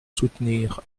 soutenir